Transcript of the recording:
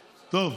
טוב,